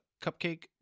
cupcake